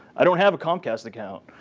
i don't have a comcast account.